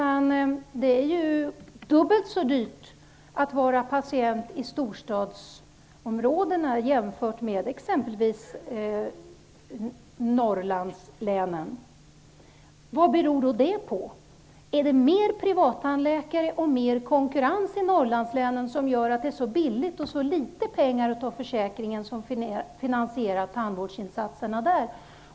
Det är ju dubbelt så dyrt att vara patient i storstadsområdena jämfört med exempelvis Norrlandslänen. Vad beror då det på? Är det fler privattandläkare och mer konkurrens i Norrlandslänen som gör att det är så billigt och att så litet försäkringspengar krävs för att finansiera tandvårdsinsatserna där?